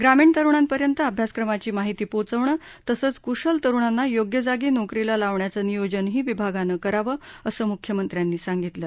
ग्रामीण तरुणांपर्यंत अभ्यासक्रमांची माहिती पोचवणं तसंच कुशल तरुणांना योग्य जागी नोकरीला लावण्याचं नियोजनही विभागानं करावं असंही मुख्यमंत्र्यांनी सांगितलं